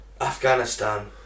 Afghanistan